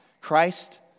Christ